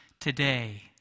today